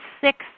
six